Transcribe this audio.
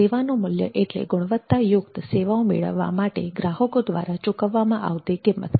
સેવાનું મૂલ્ય એટલે ગુણવત્તાયુક્ત સેવાઓ મેળવવા માટે ગ્રાહકો દ્વારા ચૂકવવામાં આવતી કિંમત